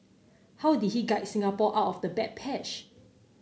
how did he guide Singapore out of the bad patch